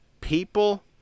people